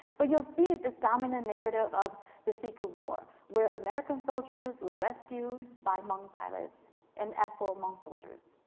but you'll see this dominant narrative of the secret war, where american soldiers were rescued by hmong pilots and as well ah ah hmong soldiers.